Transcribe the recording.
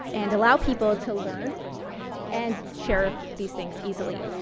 and allow people to learn and share these things easily.